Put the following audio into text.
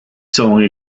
song